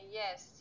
yes